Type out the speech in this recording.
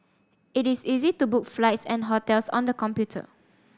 it is easy to book flights and hotels on the computer